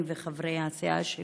אני וחברי הסיעה שלי,